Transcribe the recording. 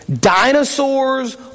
dinosaurs